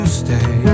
stay